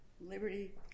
liberty